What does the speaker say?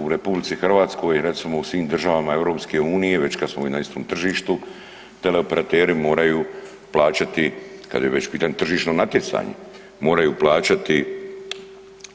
U RH, recimo u svim državama EU već kad smo na istom tržištu, teleoperateri moraju plaćati, kad je već u pitanju tržišno natjecanje, moraju plaćati